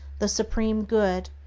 the supreme good,